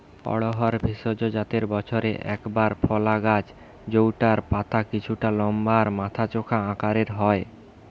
অড়হর ভেষজ জাতের বছরে একবার ফলা গাছ জউটার পাতা কিছুটা লম্বা আর মাথা চোখা আকারের হয়